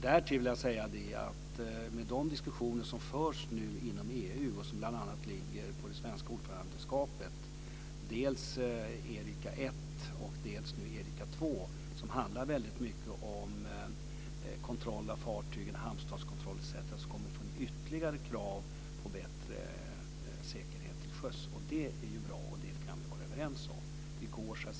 Därtill vill jag nämna de diskussioner som förs nu inom EU och som bl.a. ligger på Sverige som ordförandeland. Det gäller Erika I och Erika II, och de handlar mycket om kontroll av fartyg, hamnstatskontroll etc. Vi kommer alltså att få ytterligare krav på bättre säkerhet till sjöss. Det är bra - det kan vi vara överens om.